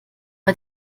bei